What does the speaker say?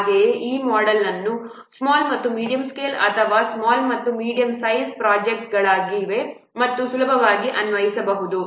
ಹಾಗೆಯೇ ಈ ಮೋಡೆಲ್ ಅನ್ನು ಸ್ಮಾಲ್ ಮತ್ತು ಮೀಡಿಯಂ ಸ್ಕೇಲ್ ಅಥವಾ ಸ್ಮಾಲ್ ಮತ್ತು ಮೀಡಿಯಂ ಸೈಜ್ ಪ್ರೊಜೆಕ್ಟ್ಗಳಿಗೆ ಸುಲಭವಾಗಿ ಅನ್ವಯಿಸಬಹುದು